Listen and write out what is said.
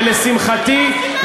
ולשמחתי,